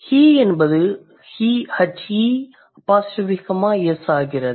he என்பது he's ஆகிறது